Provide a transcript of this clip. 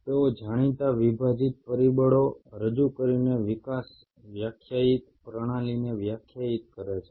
તેઓ જાણીતા વિભાજીત પરિબળો રજૂ કરીને વિકાસ વ્યાખ્યાયિત પ્રણાલીને વ્યાખ્યાયિત કરે છે